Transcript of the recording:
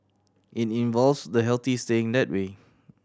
it involves the healthy staying that way